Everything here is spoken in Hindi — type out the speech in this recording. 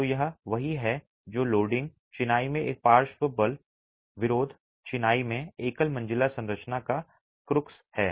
तो यह वही है जो लोड लोडिंग चिनाई में एक पार्श्व लोड विरोध चिनाई में एकल मंजिला संरचना का क्रुक्स है